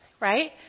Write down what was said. right